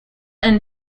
and